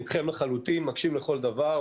מקשיב בהחלט.